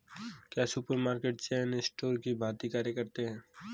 क्या supermarket chain store की भांति कार्य करते हैं?